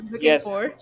yes